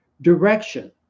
direction